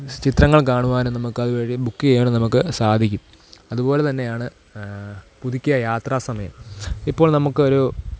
ചിത്രങ്ങൾ കാണുവാനും നമുക്ക് അത് വഴി ബുക്ക് ചെയ്യാനും നമുക്ക് സാധിക്കും അതുപോലെ തന്നെയാണ് പുതുക്കിയ യാത്രാ സമയം ഇപ്പോൾ നമുക്ക് ഒരു